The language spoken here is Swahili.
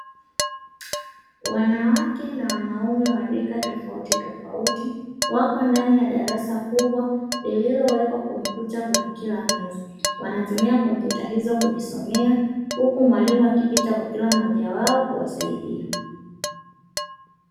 Wanawake na wanaume wa rika tofautitofauti wako ndani ya darasa kubwa lililowekwa kompyuta kwenye kila meza, wanatumia kompyuta hizo kujisomea huku mwalimu akipita kwa kila mmoja wao kuwasaidia.